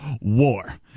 war